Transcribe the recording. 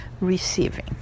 receiving